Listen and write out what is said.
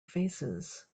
faces